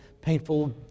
painful